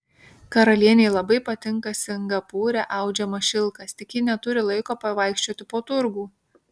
karalienei labai patinka singapūre audžiamas šilkas tik ji neturi laiko pavaikščioti po turgų